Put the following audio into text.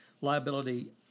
liability